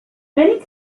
many